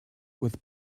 with